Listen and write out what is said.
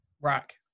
rack